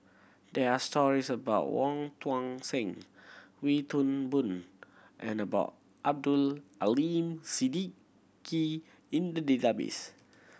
there are stories about Wong Tuang Seng Wee Toon Boon and Ball Abdul Aleem Siddique in the database